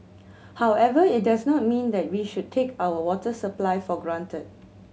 however it does not mean that we should take our water supply for granted